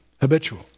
habitual